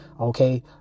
Okay